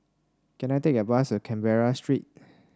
can I take a bus to Canberra Street